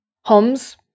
Holmes